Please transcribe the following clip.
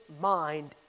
mind